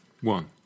One